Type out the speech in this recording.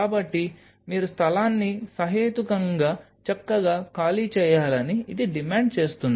కాబట్టి మీరు స్థలాన్ని సహేతుకంగా చక్కగా ఖాళీ చేయాలని ఇది డిమాండ్ చేస్తుంది